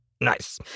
Nice